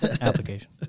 application